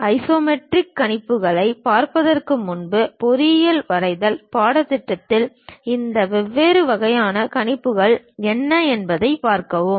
isometric கணிப்புகளைப் பார்ப்பதற்கு முன்பு பொறியியல் வரைதல் பாடத்திட்டத்தில் இந்த வெவ்வேறு வகையான கணிப்புகள் என்ன என்பதைப் பார்ப்போம்